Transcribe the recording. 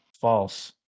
False